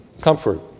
comfort